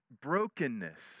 brokenness